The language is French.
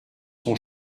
son